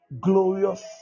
glorious